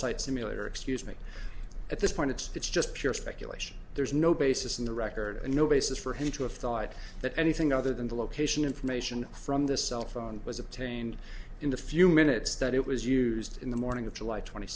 site simulator excuse me at this point it's just pure speculation there's no basis in the record and no basis for him to have thought that anything other than the location information from this cell phone was obtained in the few minutes that it was used in the morning of july twenty